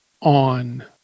on